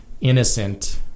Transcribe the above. innocent